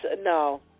No